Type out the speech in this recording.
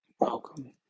Welcome